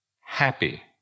happy